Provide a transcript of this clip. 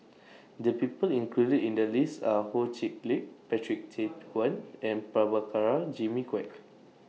The People included in The list Are Ho Chee Lick Patrick Tay Teck Guan and Prabhakara Jimmy Quek